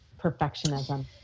Perfectionism